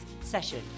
session